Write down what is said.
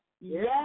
Yes